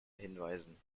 hinweisen